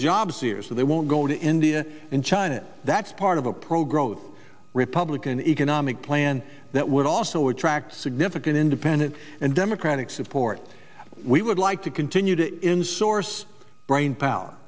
jobs ears so they won't go to india and china that's part of a pro growth republican economic plan that would also attract significant in dependence and democratic support we would like to continue to in source brain power